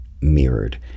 mirrored